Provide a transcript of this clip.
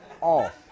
off